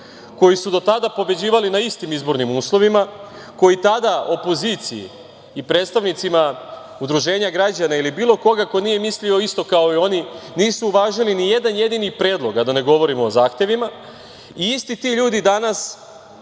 koji su do tada pobeđivali na istim izbornim uslovima, koji tada opoziciji i predstavnicima udruženja građana ili bilo koga ko nije mislio isto kao i oni nisu uvažili nijedan jedini predlog, a da ne govorimo o zahtevima, i isti ti ljudi danas